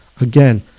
Again